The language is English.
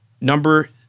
number